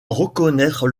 reconnaître